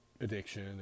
addiction